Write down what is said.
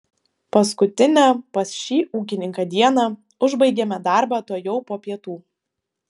paskutinę pas šį ūkininką dieną užbaigėme darbą tuojau po pietų